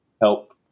help